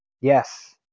Yes